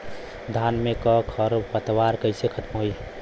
धान में क खर पतवार कईसे खत्म होई?